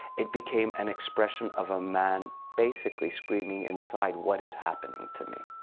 it became an expression of a man basically screaming inside, what is happening to me?